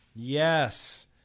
Yes